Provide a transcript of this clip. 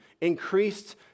increased